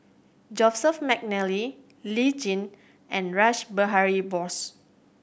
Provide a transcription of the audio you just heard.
Joseph McNally Lee Tjin and Rash Behari Bose